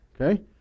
Okay